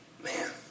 Man